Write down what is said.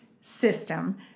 system